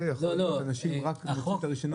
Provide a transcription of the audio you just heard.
זה יכול לגרום לאנשים רק להמתין עד שיקבלו את הרישיון.